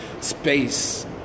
space